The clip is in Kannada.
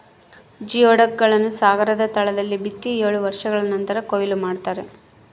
ಜಿಯೊಡಕ್ ಗಳನ್ನು ಸಾಗರದ ತಳದಲ್ಲಿ ಬಿತ್ತಿ ಏಳು ವರ್ಷಗಳ ನಂತರ ಕೂಯ್ಲು ಮಾಡ್ತಾರ